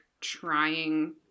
trying